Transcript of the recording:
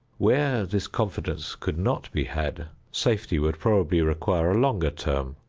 where this confidence could not be had, safety would probably require a longer term.